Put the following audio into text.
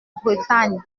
bretagne